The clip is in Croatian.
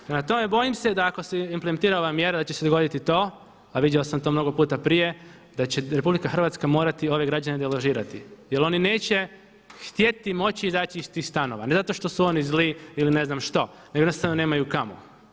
Prema tome, bojim se da ako se implementira ova mjera da će se dogoditi to a vidio sam to mnogo puta prije da će RH morati ove građane deložirati jer oni neće htjeti i moći izaći iz tih stanova, ne zato što su oni zli ili ne znam što, nego jednostavno nemaju kamo.